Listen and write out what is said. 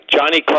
Johnny